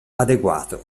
adeguato